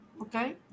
okay